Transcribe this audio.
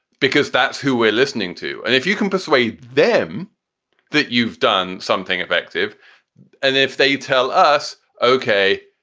because that's who we're listening to. and if you can persuade them that you've done something effective and if they tell us, ok,